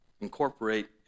incorporate